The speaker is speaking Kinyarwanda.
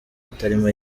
atarimo